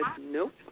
nope